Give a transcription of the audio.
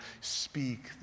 speak